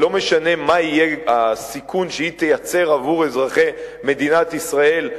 ולא משנה מה יהיה הסיכון שהיא תייצר עבור אזרחי מדינת ישראל,